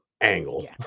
angle